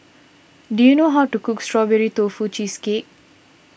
do you know how to cook Strawberry Tofu Cheesecake